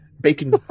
Bacon